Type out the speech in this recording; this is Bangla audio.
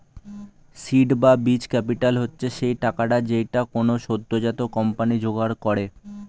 সীড বা বীজ ক্যাপিটাল হচ্ছে সেই টাকাটা যেইটা কোনো সদ্যোজাত কোম্পানি জোগাড় করে